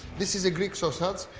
this is a greek sausage,